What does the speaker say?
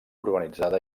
urbanitzada